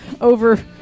over